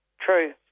True